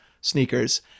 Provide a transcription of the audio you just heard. Sneakers